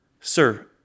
Sir